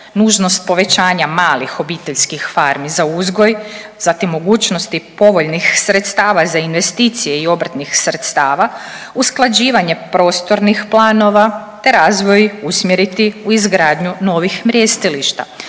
nužnost povećanja malih obiteljskih farmi za uzgoj, zatim mogućnosti povoljnih sredstava za investicije i obrtnih sredstava, usklađivanje prostornih planova, te razvoj usmjeriti u izgradnju novih mrjestilišta.